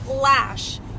lash